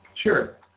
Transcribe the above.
Sure